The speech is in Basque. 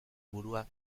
burua